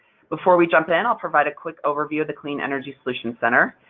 before we jump in, i'll provide a quick overview of the clean energy solutions center.